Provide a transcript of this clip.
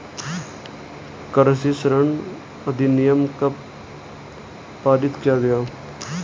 कृषि ऋण अधिनियम कब पारित किया गया?